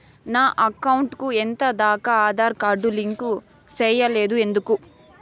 నా అకౌంట్ కు ఎంత దాకా ఆధార్ కార్డు లింకు సేయలేదు ఎందుకు